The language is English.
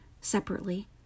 separately